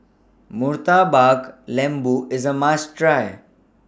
Murtabak Lembu IS A must Try